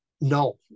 No